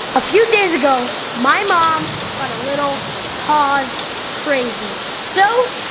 a few days ago, my mom got a little pause crazy so,